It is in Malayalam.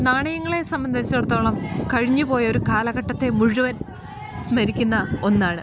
നാണയങ്ങളെ സംബന്ധിച്ചിടത്തോളം കഴിഞ്ഞ് പോയൊരു കാലഘട്ടത്തെ മുഴുവൻ സ്മരിക്കുന്ന ഒന്നാണ്